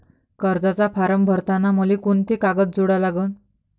कर्जाचा फारम भरताना मले कोंते कागद जोडा लागन?